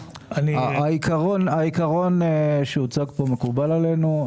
העיקרון שהוצג פה מקובל עלינו.